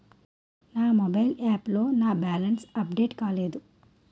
నా mobile app లో నా బ్యాలెన్స్ అప్డేట్ కాలేదు